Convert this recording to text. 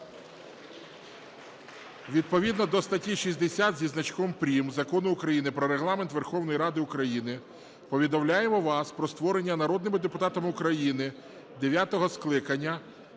Відповідно до статті 60 зі значком "прим." Закону України "Про Регламент Верховної Ради України" повідомляємо вас про створення народними депутатами України дев'ятого скликання